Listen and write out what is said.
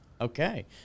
Okay